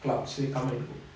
clouds they come and go